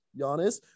Giannis